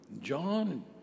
John